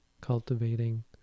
cultivating